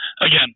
again